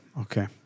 okay